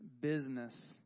business